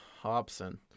Hobson